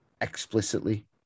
explicitly